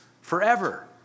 forever